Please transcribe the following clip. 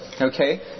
Okay